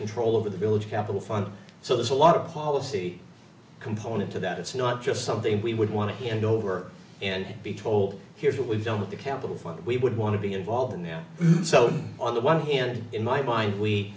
control over the village capital fund so there's a lot of policy component to that it's not just something we would want to hand over and be told here's what we've done with the capital fund we would want to be involved in that so on the one hand in my mind we